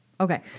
Okay